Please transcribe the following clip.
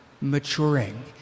maturing